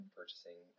purchasing